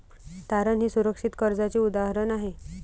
तारण हे सुरक्षित कर्जाचे उदाहरण आहे